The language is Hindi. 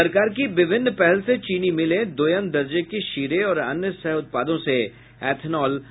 सरकार की विभिन्न पहल से चीनी मिलें दोयम दर्जे के शीरे और अन्य सह उत्पादों से एथेनॉल बना सकेंगी